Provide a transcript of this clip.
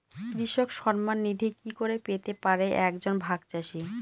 কৃষক সন্মান নিধি কি করে পেতে পারে এক জন ভাগ চাষি?